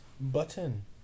button